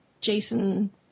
Jason